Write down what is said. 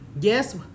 yes